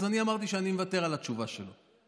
אז אני אמרתי שאני מוותר על התשובה שלו.